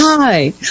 Hi